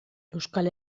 euskal